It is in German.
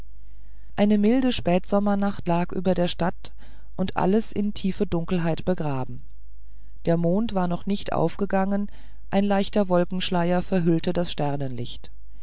eine milde spätsommernacht lag über der stadt alles in tiefe dunkelheit begrabend der mond war noch nicht aufgegangen ein leichter wolkenschleier verhüllte das sternenlicht